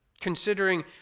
Considering